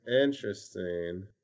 Interesting